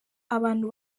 abantu